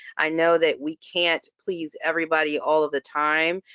i know that we can't please everybody all of the time.